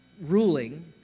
ruling